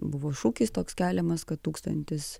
buvo šūkis toks keliamas kad tūkstantis